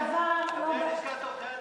עם לשכת עורכי-הדין?